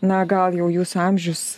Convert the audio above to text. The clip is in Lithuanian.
na gal jau jūsų amžius